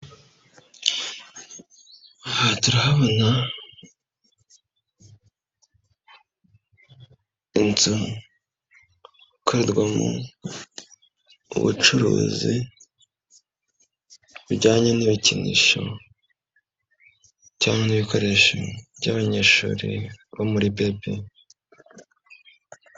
Aha turahabona inzu ikorerwamo ubucuruzi bujyanye n'ibikinisho, cyangwa ibikoresho by'abanyeshuri bo muri bebi.